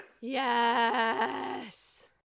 Yes